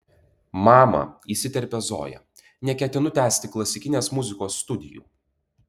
mama įsiterpia zoja neketinu tęsti klasikinės muzikos studijų